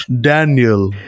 Daniel